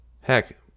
heck